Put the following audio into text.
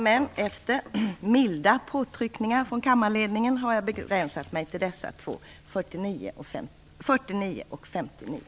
Men efter milda påtryckningar från kammarledningen har jag begränsat mig till yrka bifall till reservationerna 49 och 59.